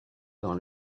dans